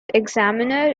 examiner